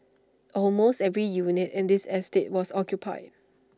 almost every unit in this estate was occupied